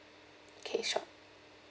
okay sure